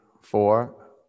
four